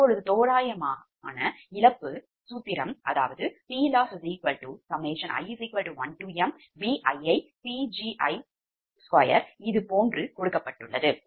இப்போது தோராயமான இழப்பு சூத்திரம் PLossi1mBiiPgi2 இதுபோன்று கொடுக்கப்பட்டுள்ளது